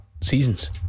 seasons